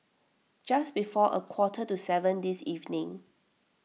just before a quarter to seven this evening